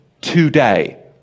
today